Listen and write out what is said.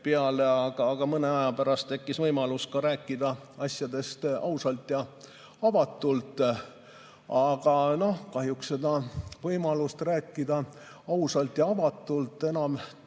peale, aga mõne aja pärast tekkis võimalus rääkida asjadest ausalt ja avatult. Aga noh, kahjuks võimalust rääkida ausalt ja avatult enam